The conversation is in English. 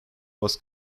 was